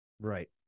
Right